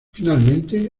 finalmente